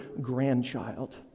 grandchild